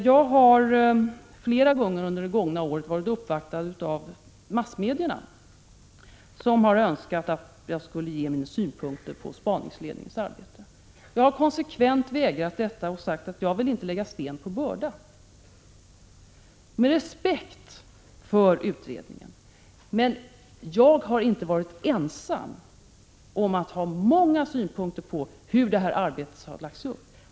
Jag har flera gånger under det gångna året varit uppvaktad av massmedierna, som har önskat att jag skulle ge mina synpunkter på spaningsledningens arbete. Jag har konsekvent vägrat detta och sagt, att jag av respekt för utredningen inte vill lägga sten på börda. Men jag har inte varit ensam om att ha många synpunkter hur arbetet har lagts upp.